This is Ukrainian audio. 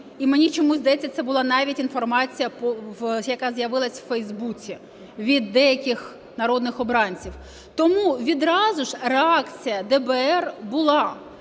І мені чомусь здається, це була навіть інформація, яка з'явилась в Facebook від деяких народних обранців. Тому відразу ж реакція ДБР була